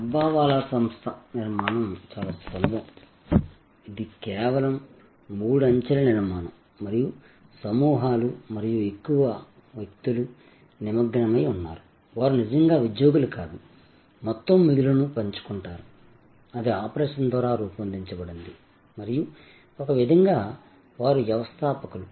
డబ్బావాలా సంస్థ నిర్మాణం చాలా సులభం ఇది కేవలం మూడు అంచెల నిర్మాణం మరియు సమూహాలు మరియు ఎక్కువగా వ్యక్తులు నిమగ్నమై ఉన్నారు వారు నిజంగా ఉద్యోగులు కాదు మొత్తం మిగులును పంచుకుంటారు అది ఆపరేషన్ ద్వారా రూపొందించబడింది మరియు ఒక విధంగా వారు వ్యవస్థాపకులు